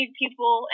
people